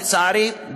לצערי,